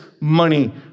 money